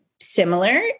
similar